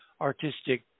artistic